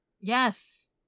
Yes